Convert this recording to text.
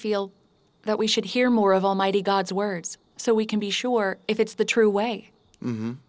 feel that we should hear more of almighty god's words so we can be sure if it's the true way